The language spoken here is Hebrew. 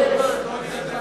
צא, צא.